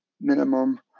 minimum